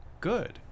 good